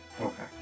Okay